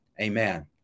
amen